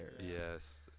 yes